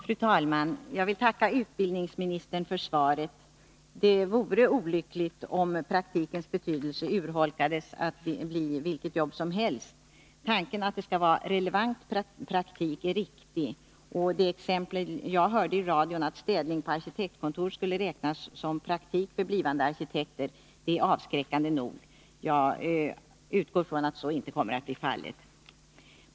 Fru talman! Jag vill tacka utbildningsministern för svaret. Det vore olyckligt om praktikens betydelse urholkades, så att praktik kunde bli vilket jobb som helst. Tanken att det skall vara relevant praktik är riktig. Det exempel jag hörde i radion om att städning på arkitektkontor skulle räknas som praktik för blivande arkitekter är avskräckande nog. Jag utgår från att så inte blir fallet.